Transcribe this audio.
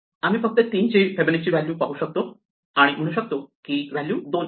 आम्ही फक्त 3 ची फिबोनाची व्हॅल्यू पाहू शकतो आणि म्हणू शकतो की ती व्हॅल्यू दोन आहे